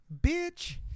bitch